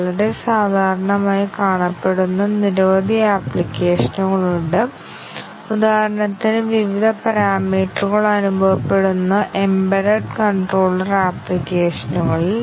ഇവിടെ വീണ്ടും branch coverage പരിശോധിക്കുന്നു ഒരു ഉപകരണം എഴുതുന്നത് എത്ര ബ്രാഞ്ച് കവറേജ് നേടി എന്നത് വളരെ ലളിതമാണ് കൂടാതെ ഓപ്പൺ സോഴ്സ് ടൂളുകൾ ലഭ്യമാണ് അത് നേടിയ ബ്രാഞ്ച് കവറേജ് എന്താണെന്ന് റിപ്പോർട്ടുചെയ്യാനാകും